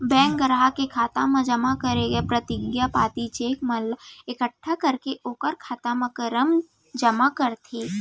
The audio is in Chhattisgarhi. बेंक गराहक के खाता म जमा करे गय परतिगिया पाती, चेक मन ला एकट्ठा करके ओकर खाता म रकम जमा करथे